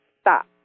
stop